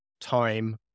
time